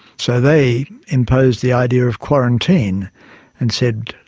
so they imposed the idea of quarantine and said,